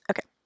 okay